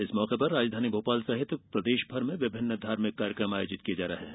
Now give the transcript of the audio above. इस मौके पर राजधानी भोपाल सहित प्रदेश भर में विभिन्न धार्मिक आयोजन किये जा रहे है